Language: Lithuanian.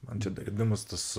man čia dar įdomus tas